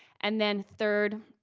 and then third,